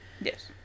yes